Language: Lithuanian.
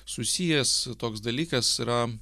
susijęs toks dalykas yra